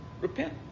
Repent